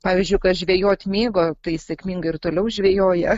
pavyzdžiui kad žvejot mėgo tai sėkmingai ir toliau žvejoja